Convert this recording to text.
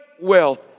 wealth